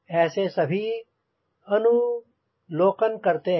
ऐसे सभी अनुलोकन करते हैं